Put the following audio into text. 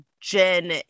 jen